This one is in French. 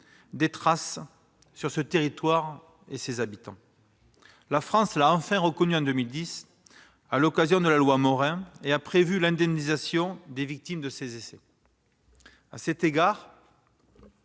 des traces sur ce territoire et ses habitants. La France l'a enfin reconnu en 2010, à travers la loi Morin, et a prévu l'indemnisation des victimes de ces essais. À cet égard,